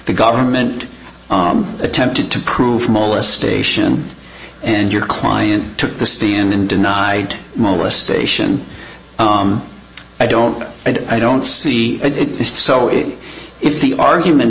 the government attempted to prove molestation and your client took the stand and denied molestation i don't i don't see it so it if the argument